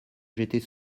j’étais